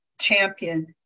champion